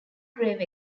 grave